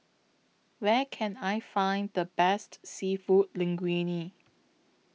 Where Can I Find The Best Seafood Linguine